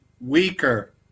weaker